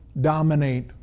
dominate